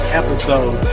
episode